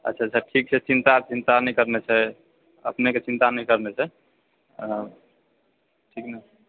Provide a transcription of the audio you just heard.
अच्छा अच्छा ठीक छै चिन्ता चिन्ता नहि करना छै अपनेकेँ चिन्ता नहि करना छै ठीक ने